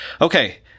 okay